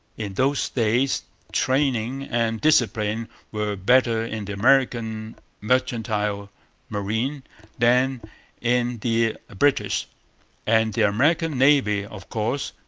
in those days training and discipline were better in the american mercantile marine than in the british and the american navy, of course,